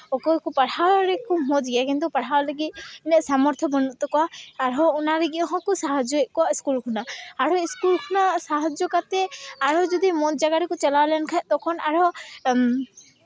ᱚᱠᱚᱭ ᱠᱚ ᱯᱟᱲᱦᱟᱣ ᱨᱮᱠᱚ ᱢᱚᱡᱽ ᱜᱮᱭᱟ ᱠᱤᱱᱛᱩ ᱯᱟᱲᱦᱟᱣ ᱞᱟᱹᱜᱤᱫ ᱤᱱᱟᱹᱜ ᱥᱟᱢᱚᱨᱛᱷᱚ ᱵᱟᱹᱱᱩᱜ ᱛᱟᱠᱚᱣᱟ ᱟᱨᱦᱚᱸ ᱚᱱᱟ ᱞᱟᱹᱜᱤᱫ ᱦᱚᱸᱠᱚ ᱥᱟᱦᱟᱡᱽᱡᱚᱭᱮᱜ ᱠᱚᱣᱟ ᱥᱠᱩᱞ ᱠᱷᱚᱱᱟᱜ ᱟᱨᱦᱚᱸ ᱥᱠᱩᱞ ᱠᱷᱚᱱᱟᱜ ᱥᱟᱦᱟᱡᱽᱡᱚ ᱠᱟᱛᱮ ᱟᱨᱦᱚᱸ ᱡᱚᱫᱤ ᱢᱚᱡᱽ ᱡᱟᱭᱜᱟ ᱨᱮᱠᱚ ᱪᱟᱞᱟᱣ ᱞᱮᱱᱠᱷᱟᱡ ᱡᱚᱛᱚ ᱠᱷᱚᱱ ᱟᱨᱦᱚᱸ